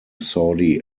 saudi